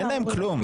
אין להם כלום,